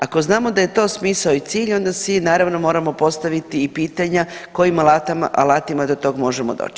Ako znamo da je to smisao i cilj, onda si naravno, moramo postaviti i pitanja kojim alatima do tog možemo doći?